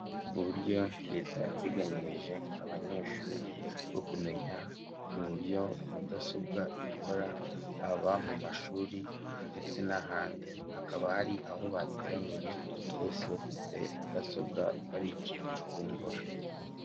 Uburyo Leta yateganyirije abanyeshuri bwo kumenya uburyo mudasobwa ikora haba mu mashuri ndetse n'ahandi, hakaba hari aho bateraniye bose bafite mudasobwa bari kucukumbura.